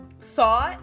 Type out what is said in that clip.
salt